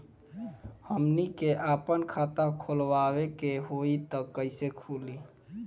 हमनी के आापन खाता खोलवावे के होइ त कइसे खुली